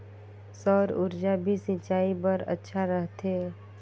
सौर ऊर्जा भी सिंचाई बर अच्छा रहथे?